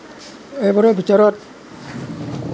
এইবোৰৰ ভিতৰত